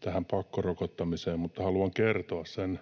tähän pakkorokottamiseen, mutta haluan kertoa sen